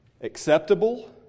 acceptable